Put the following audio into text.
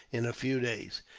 in a few days.